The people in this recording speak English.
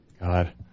god